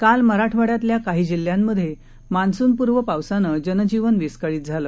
काल मराठवाडातल्या काही जिल्ह्यांमधे मान्सूनपूर्व पावसानं जनजीवन विस्कळीत झालं